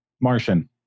Martian